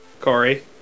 Corey